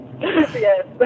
Yes